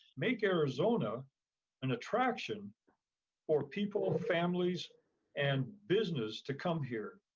make arizona an attraction for people, families and businesses to come here,